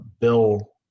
Bill